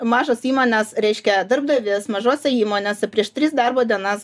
mažos įmonės reiškia darbdavys mažose įmonėse prieš tris darbo dienas